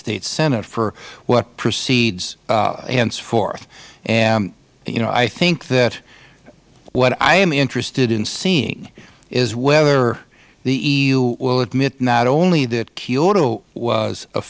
states senate for what proceeds henceforth and you know i think that what i am interested in seeing is whether the eu will admit not only that kyoto was a